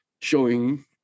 showing